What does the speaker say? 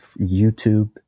YouTube